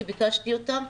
כי ביקשתי אותם,